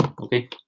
Okay